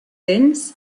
ells